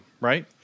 right